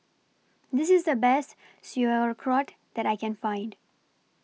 This IS The Best Sauerkraut that I Can Find